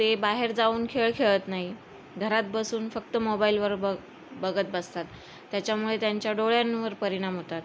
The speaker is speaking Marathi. ते बाहेर जाऊन खेळ खेळत नाही घरात बसून फक्त मोबाईलवर बग बघत बसतात त्याच्यामुळे त्यांच्या डोळ्यांवर परिणाम होतात